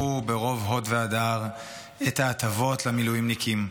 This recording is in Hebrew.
ברוב הוד והדר את ההטבות למילואימניקים.